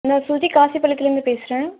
நான் சுஜி காசிபாளையத்துலர்ந்து பேசுகிறேன்